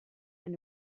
and